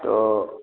तो